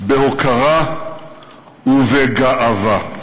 בהוקרה ובגאווה.